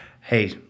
Hey